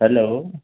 hello